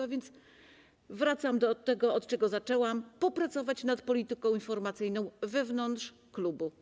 A więc wracam do tego, od czego zaczęłam: trzeba popracować nad polityką informacyjną wewnątrz klubu.